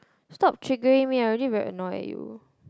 stop triggering me I already very annoyed with you